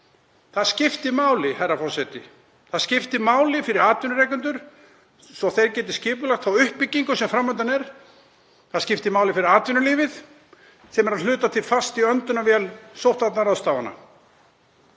Það skiptir máli, herra forseti. Það skiptir máli fyrir atvinnurekendur svo að þeir geti skipulagt þá uppbyggingu sem fram undan er. Það skiptir máli fyrir atvinnulífið sem er að hluta til fast í öndunarvél sóttvarnaráðstafana.